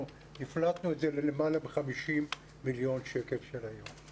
אנחנו הפרטנו את זה ללמעלה מ-50 מיליון שקל של היום.